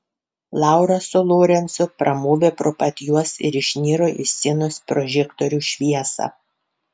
laura su lorencu pramovė pro pat juos ir išniro į scenos prožektorių šviesą